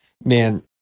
man